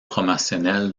promotionnel